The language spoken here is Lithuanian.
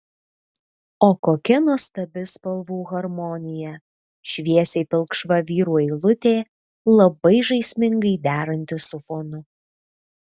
o kokia nuostabi spalvų harmonija šviesiai pilkšva vyro eilutė labai žaismingai deranti su fonu